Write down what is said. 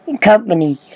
company